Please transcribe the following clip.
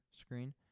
screen